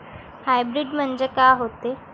Hybrid म्हनजे का होते?